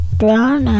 brown